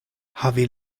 havi